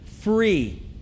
Free